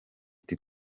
ati